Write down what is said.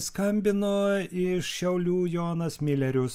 skambino iš šiaulių jonas milerius